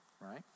right